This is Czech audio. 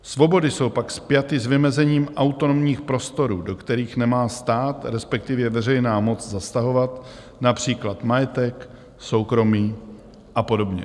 Svobody jsou pak spjaty s vymezením autonomních prostorů, do kterých nemá stát, respektive veřejná moc zasahovat, například majetek, soukromí a podobně.